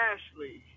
Ashley